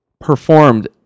performed